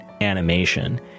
animation